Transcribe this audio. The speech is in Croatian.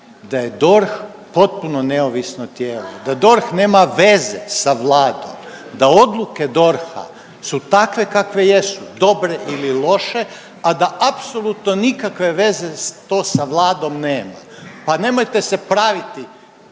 da je DORH potpuno neovisno tijelo, da DORH nema veze sa Vladom, da odluke DORH-a su takve kakve jesu, dobre ili loše, a da apsolutno nikakve veze to sa Vladom nema, pa nemojte se praviti